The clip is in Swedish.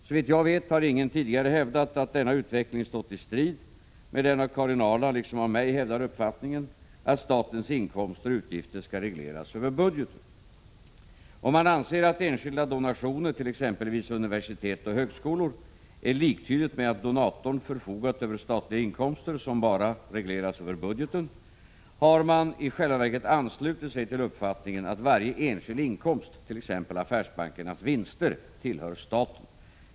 Såvitt jag vet har ingen tidigare hävdat att denna utveckling stått i strid med den av Karin Ahrland liksom av mig hävdade uppfattningen att statens inkomster och utgifter skall regleras över budgeten. Om man anser att enskilda donationer, exempelvis till universitet och högskolor, är liktydiga med att donatorn förfogat över statliga inkomster, som bara regleras över budgeten, har man i själva verket anslutit sig till uppfattningen att varje enskild inkomst, t.ex. affärsbankernas vinster, tillhör staten.